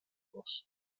los